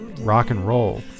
rock-and-roll